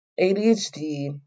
ADHD